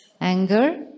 Anger